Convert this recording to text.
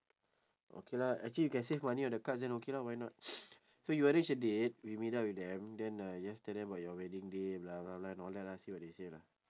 okay lah actually you can save money on the cards then okay lah why not so you arrange a date we meet up with them then uh you just tell them about your wedding day and all that lah see what they say lah